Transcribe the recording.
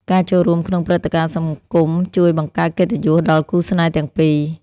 ការចូលរួមក្នុងព្រឹត្តិការណ៍សង្គមជួយបង្កើតកិត្តិយសដល់គូស្នេហ៍ទាំងពីរ។